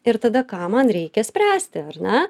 ir tada ką man reikia spręsti ar ne